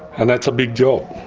and that's a big job,